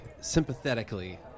sympathetically